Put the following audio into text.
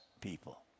people